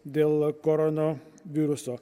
dėl korono viruso